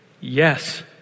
yes